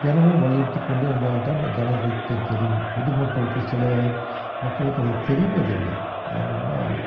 தினமும் வைத்துக் கொண்டே இருந்தால் தான் அந்த ஜனங்களுக்கு தெ தெரியும் புது மக்களுக்கு சில மக்களுக்கு அவை தெரிவதில்லை ஏனென்றால்